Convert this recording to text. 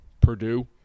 Purdue